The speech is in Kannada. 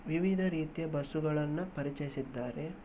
ವಿವಿಧ ರೀತಿಯ ಬಸ್ಸುಗಳನ್ನು ಪರಿಚಯಿಸಿದ್ದಾರೆ